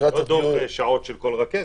לקראת הדיון --- לא דוח שעות של כל רכזת.